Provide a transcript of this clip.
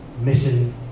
mission